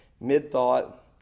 mid-thought